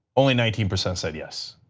only nineteen percent said yes,